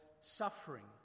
suffering